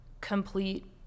complete